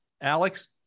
Alex